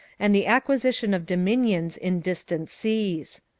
and the acquisition of dominions in distant seas.